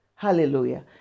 Hallelujah